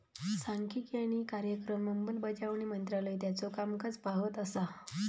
सांख्यिकी आणि कार्यक्रम अंमलबजावणी मंत्रालय त्याचो कामकाज पाहत असा